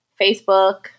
Facebook